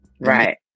Right